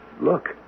Look